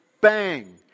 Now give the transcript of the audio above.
bang